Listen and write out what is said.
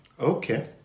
Okay